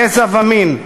גזע ומין,